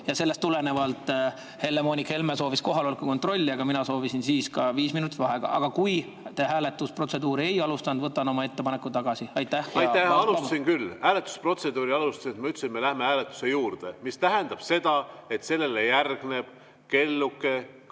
ja sellest tulenevalt Helle-Moonika Helme soovis kohaloleku kontrolli, mina soovisin siis ka viis minutit vaheaega. Aga kui te hääletusprotseduuri ei olnud alustanud, siis ma võtan oma ettepaneku tagasi. Aitäh! Alustasin küll, hääletusprotseduuri ma alustasin. Ma ütlesin, et me läheme hääletuse juurde, mis tähendab seda, et sellele järgneb saalikutsung